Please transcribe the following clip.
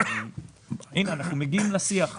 הינה, אנחנו מגיעים לשיח.